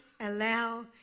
allow